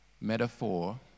metaphor